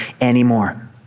anymore